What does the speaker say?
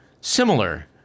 similar